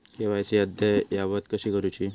KYC अद्ययावत कशी करुची?